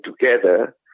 together